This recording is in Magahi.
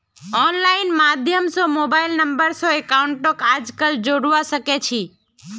आनलाइन माध्यम स मोबाइल नम्बर स अकाउंटक आजकल जोडवा सके छी